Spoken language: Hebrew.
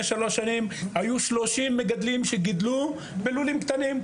שלוש שנים היו 30 מגדלים שגידלו בלולים קטנים,